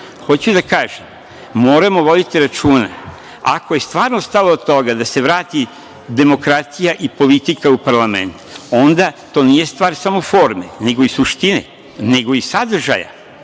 da kažem da moramo voditi računa, ako je stvarno stalo do toga da se vrati demokratija i politika u parlament, onda to nije stvar samo forme, nego i suštine, nego i sadržaja